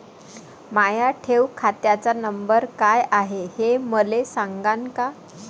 माया ठेव खात्याचा नंबर काय हाय हे मले सांगान का?